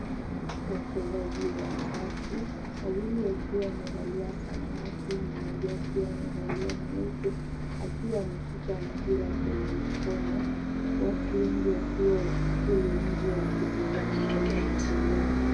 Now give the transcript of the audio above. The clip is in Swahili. Wachezaji watatu , wawili wakiwa wamevalia samawati, mmoja akiwa amevalia nyeupe, akiwa ameshika mpira kwa mkono. Watu wengi wakiwa kule nje wakitazama yanayoendelea.